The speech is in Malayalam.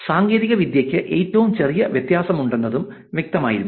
സാങ്കേതികവിദ്യയ്ക്ക് ഏറ്റവും ചെറിയ വ്യത്യാസമുണ്ടെന്നതും വ്യക്തമായിരുന്നു